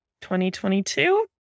2022